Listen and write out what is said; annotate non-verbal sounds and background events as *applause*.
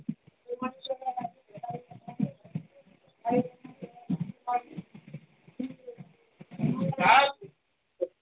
*unintelligible*